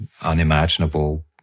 unimaginable